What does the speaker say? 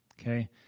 Okay